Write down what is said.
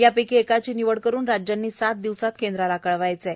यापैकी एकाची निवड करुन राज्यांनी सात दिवसांत कैंद्राला कळवायचं आहे